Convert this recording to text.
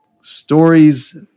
Stories